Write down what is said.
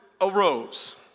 arose